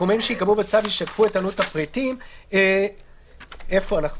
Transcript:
-- "הסכומים שייקבעו בצו ישקפו את עלות הפריטים." איפה אנחנו?